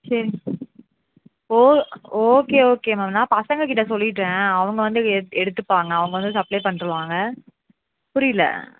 சரிங்க oh okay okay ma'am நான் பசங்க கிட்டே சொல்லிடுறேன் அவங்க வந்து எடு எடுத்துப்பாங்க அவங்க வந்து சப்ளே பண்ணிருவாங்க புரியல